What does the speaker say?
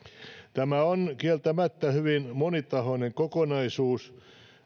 tämä on kieltämättä hyvin monitahoinen kokonaisuus